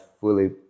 fully